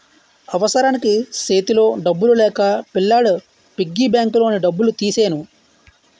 అవసరానికి సేతిలో డబ్బులు లేక పిల్లాడి పిగ్గీ బ్యాంకులోని డబ్బులు తీసెను